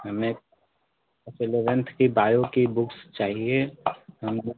ma'am एक eleventh की bio की बुक्स चाहिए हमको